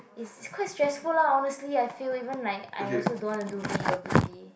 it's quite stressful lah honestly I feel even like I also don't want to do V or V_P